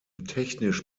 technisch